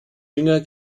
jünger